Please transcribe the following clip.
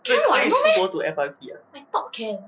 可以 still go to F_Y_P ah